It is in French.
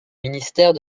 ministère